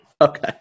okay